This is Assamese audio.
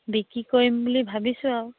বিক্ৰী কৰিম বুলি ভাবিছোঁ আৰু